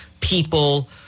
people